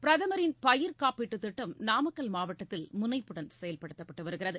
பிரதமரின் பயிர்க் காப்பீட்டுத் திட்டம் நாமக்கல் மாவட்டத்தில் முனைப்புடன் செயல்படுத்தப்பட்டு வருகிறது